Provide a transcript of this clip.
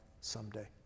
someday